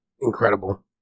incredible